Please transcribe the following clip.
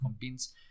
convince